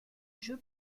jeu